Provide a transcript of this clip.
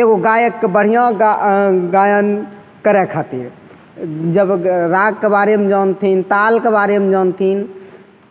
एगो गायकके बढ़िआँ गा गायन करय खातिर जब रागके बारेमे जानथिन तालके बारेमे जानथिन